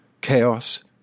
chaos